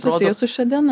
susiję su šia diena